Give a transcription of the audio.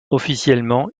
officiellement